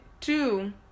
Two